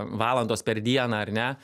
valandos per dieną ar ne